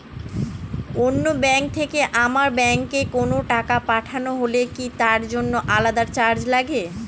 অন্য ব্যাংক থেকে আমার ব্যাংকে কোনো টাকা পাঠানো হলে কি তার জন্য আলাদা চার্জ লাগে?